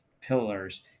pillars